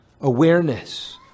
awareness